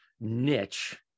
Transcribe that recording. niche